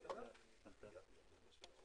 29 במאי 2024, זה